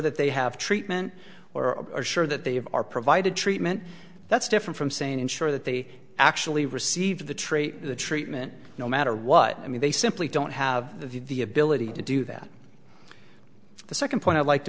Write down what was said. that they have treatment or are sure that they are provided treatment that's different from saying ensure that they actually receive the trait the treatment no matter what i mean they simply don't have the ability to do that the second point i'd like to